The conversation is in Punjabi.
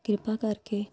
ਕਿਰਪਾ ਕਰਕੇ